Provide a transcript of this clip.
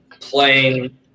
playing